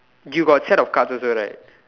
you got set of cards also right